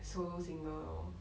solo single lor